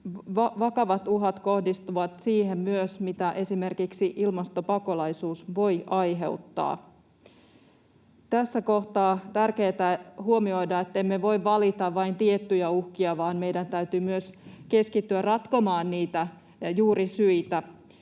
vakavat uhat kohdistuvat myös siihen, mitä esimerkiksi ilmastopakolaisuus voi aiheuttaa. Tässä kohtaa on tärkeää huomioida, että emme voi valita vain tiettyjä uhkia vaan meidän täytyy myös keskittyä ratkomaan niitä juurisyitä,